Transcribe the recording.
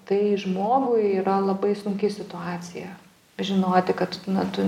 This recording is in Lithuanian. tai žmogui yra labai sunki situacija žinoti kad na tu